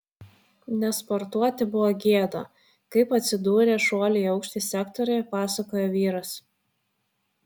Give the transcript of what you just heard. nesportuoti buvo gėda kaip atsidūrė šuolių į aukštį sektoriuje pasakoja vyras